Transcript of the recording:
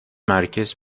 merkez